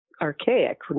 archaic